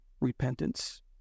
repentance